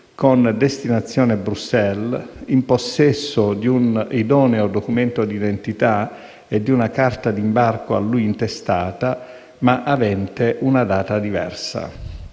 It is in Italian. con destinazione Bruxelles, in possesso di un idoneo documento d'identità e di una carta d'imbarco a lui intestata, ma avente una data diversa.